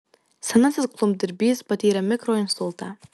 senasis klumpdirbys patyrė mikroinsultą